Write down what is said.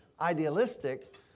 idealistic